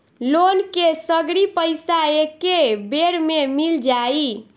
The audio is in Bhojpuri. लोन के सगरी पइसा एके बेर में मिल जाई?